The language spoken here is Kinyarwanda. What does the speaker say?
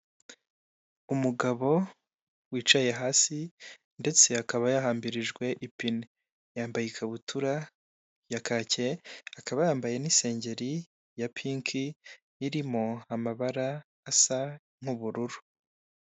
Umugabo wicaye hasi ndetse akaba yahambirijwe ipine, yambaye ikabutura ya kake, akaba yambaye n'isengeri ya pinki irimo amabara asa nk'ubururu.